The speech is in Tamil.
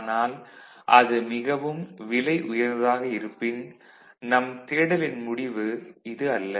ஆனால் அது மிகவும் விலை உயர்ந்ததாக இருப்பின் நம் தேடலின் முடிவு இது அல்ல